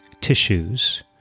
tissues